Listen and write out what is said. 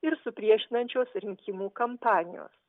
ir supriešinančios rinkimų kampanijos